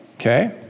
Okay